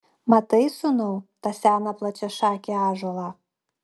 matai sūnau tą seną plačiašakį ąžuolą